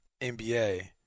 NBA